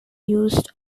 used